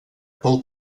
pel